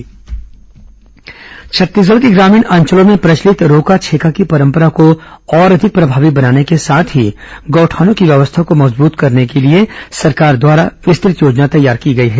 रोका छेका अभियान छत्तीसगढ़ के ग्रामीण अंचलों में प्रचलित रोका छेका की परंपरा को और अधिक प्रभावी बनाने के साथ ही गौठानों की व्यवस्था को मजबूत करने के लिए राज्य सरकार द्वारा विस्तृत योजना तैयार की गई है